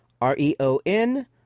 R-E-O-N